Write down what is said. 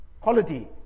quality